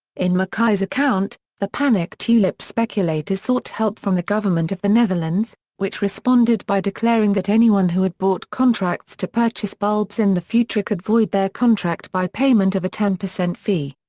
in mackay's account, the panicked tulip speculators sought help from the government of the netherlands, which responded by declaring that anyone who had bought contracts to purchase bulbs in the future could void their contract by payment of a ten percent fee.